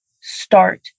start